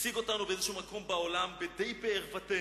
הסרט הזה הציג אותנו בעולם די בערוותנו.